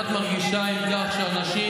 איך את מרגישה עם כך שאנשים,